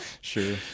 Sure